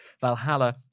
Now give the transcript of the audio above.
Valhalla